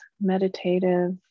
meditative